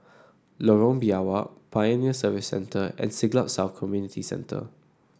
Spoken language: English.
Lorong Biawak Pioneer Service Centre and Siglap South Community Centre